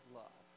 love